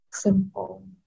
Simple